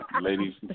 Ladies